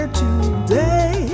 today